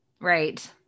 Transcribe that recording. Right